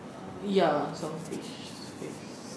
err ya sol~ fish face